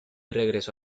regresó